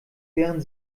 wären